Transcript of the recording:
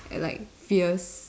and like fierce